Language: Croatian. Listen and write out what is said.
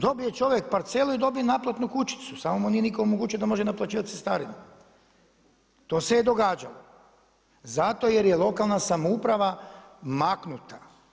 Dobije čovjek parcelu i dobije naplatnu kućicu, samo mu nitko nije omogućio da može naplaćivati cestarinu, to se je događao zato jer je lokalna samouprava maknuta.